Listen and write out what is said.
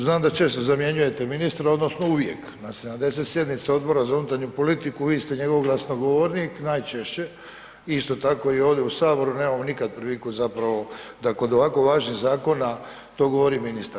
Znam da često zamjenjujete ministra odnosno uvijek, na 70 sjednica Odbora za unutarnju politiku i ste njegov glasnogovornik najčešće, isto tako i ovdje u saboru nemamo nikad priliku zapravo da kod ovako važnih zakona to govori ministar.